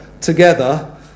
Together